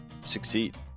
succeed